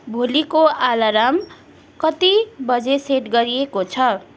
भोलिको आलर्म कति बजे सेट गरिएको छ